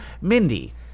Mindy